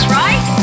right